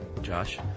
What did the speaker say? Josh